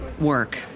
work